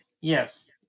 Yes